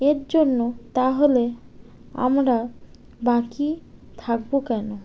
এর জন্য তাহলে আমরা বাকি থাকবো কেন